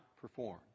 perform